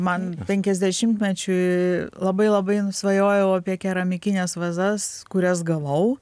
man penkiasdešimtmečiui labai labai svajojau apie keramikines vazas kurias gavau